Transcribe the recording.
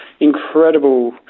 incredible